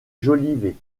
jolivet